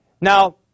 Now